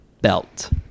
belt